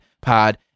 Pod